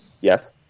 Yes